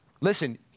Listen